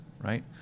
right